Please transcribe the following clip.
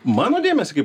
mano dėmesį kaip